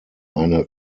eine